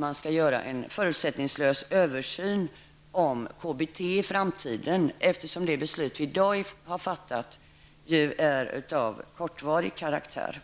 Man skall göra en förutsättningslös översyn av KBT i framtiden eftersom det beslut som vi har fattat i dag är av kortvarig karaktär.